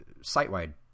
site-wide